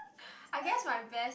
I guess my best